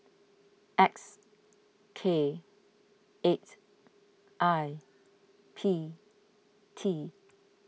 X K eight I P T